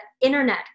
internet